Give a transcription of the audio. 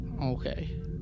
Okay